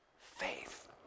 faith